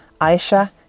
Aisha